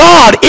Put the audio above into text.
God